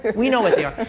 we know what they are.